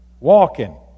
walking